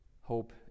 Hope